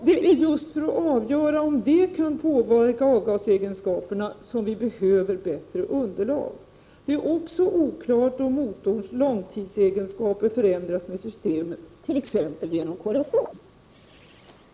Det är just för att kunna avgöra om detta kan påverka avgasegenskaperna som vi behöver ett bättre underlag. Vidare är det oklart om motorns långtidsegenskaper förändras i och med det här systemet, t.ex. genom korrosion.